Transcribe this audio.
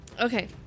Okay